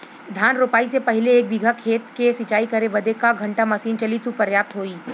धान रोपाई से पहिले एक बिघा खेत के सिंचाई करे बदे क घंटा मशीन चली तू पर्याप्त होई?